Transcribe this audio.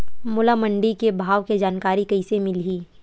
मोला मंडी के भाव के जानकारी कइसे मिलही?